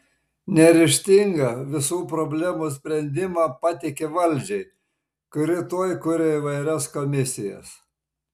neryžtinga visų problemų sprendimą patiki valdžiai kuri tuoj kuria įvairias komisijas